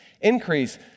increase